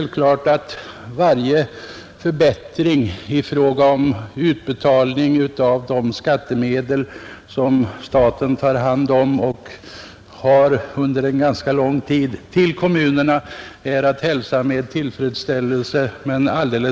Varje förbättring i fråga om utbetalningen till kommunerna av de skattemedel som staten tar hand om och behåller under ganska lång tid är självklart att hälsa med tillfredsställelse.